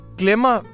glemmer